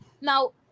now